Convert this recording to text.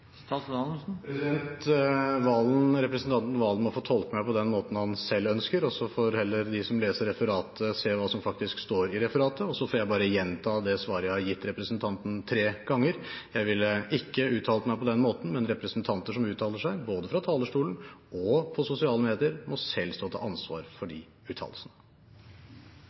Valen må få tolke meg på den måten han selv ønsker, og så får heller de som leser referatet, se hva som faktisk står i referatet. Og så får jeg bare gjenta det svaret jeg har gitt representanten tre ganger: Jeg ville ikke uttalt meg på den måten, men representanter som uttaler seg både fra talerstolen og på sosiale medier, må selv stå til ansvar for de uttalelsene.